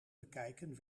bekijken